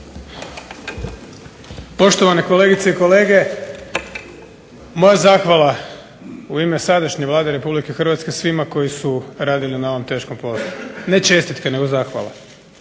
Poštovane kolegice i kolege, moja zahvala u ime sadašnje Vlade Republike Hrvatske svima koji su radili na ovom teškom poslu. Ne čestitke, nego zahvala.